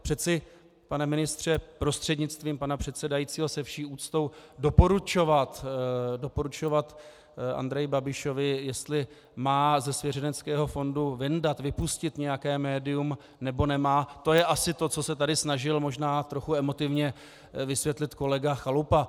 Přeci, pane ministře prostřednictvím pana předsedajícího, se vší úctou doporučovat Andreji Babišovi, jestli má ze svěřeneckého fondu vyndat, vypustit nějaké médium, nebo nemá, to je asi to, co se tady snažil možná trochu emotivně vysvětlit kolega Chalupa.